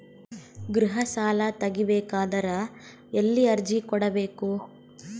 ಗೃಹ ಸಾಲಾ ತಗಿ ಬೇಕಾದರ ಎಲ್ಲಿ ಅರ್ಜಿ ಕೊಡಬೇಕು?